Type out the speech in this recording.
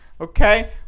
okay